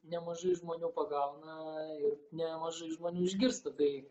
nemažai žmonių pagauna ir nemažai žmonių išgirsta tai